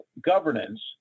governance